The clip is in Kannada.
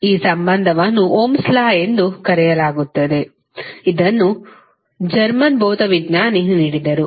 ಈ ಸಂಬಂಧವನ್ನು ಓಮ್ಸ್ ಲಾ ಎಂದು ಕರೆಯಲಾಗುತ್ತದೆ ಇದನ್ನು ಜರ್ಮನ್ ಭೌತವಿಜ್ಞಾನಿ ನೀಡಿದರು